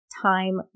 time